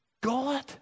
God